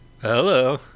Hello